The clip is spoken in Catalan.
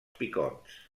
picots